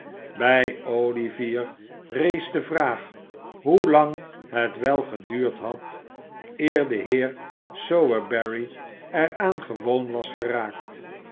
bij olivier rees de vraag hoelang het wel geduurd had eer de heer sowerberry er aan gewoon was geraakt